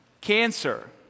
cancer